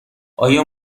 آیا